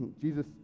Jesus